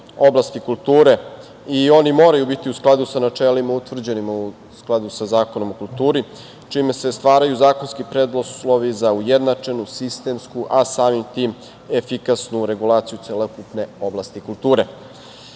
oblasti kulture i oni moraju biti u skladu sa načelima utvrđenim u Zakonu o kulturi, čime se stvaraju zakonski preduslovi za ujednačenu sistemsku, a samim tim efikasnu regulaciju celokupne oblasti kulture. Izmene